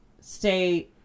stay